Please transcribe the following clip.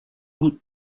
good